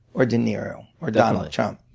or de niro, or donald trump?